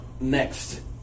next